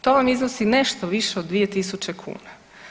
To vam iznosi nešto više od 2.000 kuna.